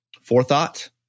forethought